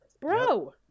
Bro